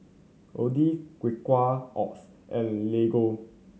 Odlo Quaker Oats and Lego